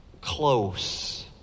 close